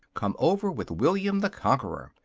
come over with william the conqueror!